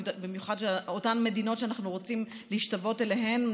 במיוחד אותן מדינות שאנחנו רוצים להשתוות אליהן,